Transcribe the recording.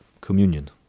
communion